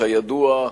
כידוע,